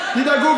תדאגו.